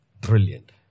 Brilliant